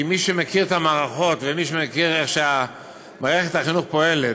כי מי שמכיר את המערכות ומי שיודע איך מערכת החינוך פועלת,